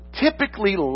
Typically